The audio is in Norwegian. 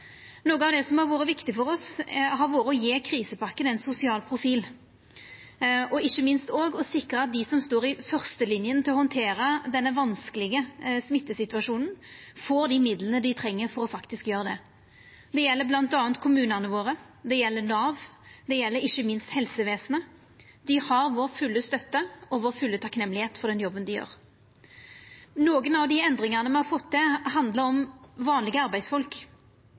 Noko av det som har vore viktig for oss, har vore å gje krisepakken ein sosial profil, og ikkje minst òg å sikra at dei som står i førstelinja for å handtera denne vanskelege smittesituasjonen, får dei midla dei treng for faktisk å gjera det. Det gjeld bl.a. kommunane våre, det gjeld Nav, og det gjeld ikkje minst helsevesenet. Dei har vår fulle støtte og vår fulle takksemd for den jobben dei gjer. Nokre av dei endringane me har fått til, handlar om vanlege arbeidsfolk.